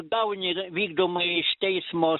gauni vykdomąjį iš teismo